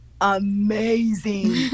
amazing